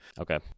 Okay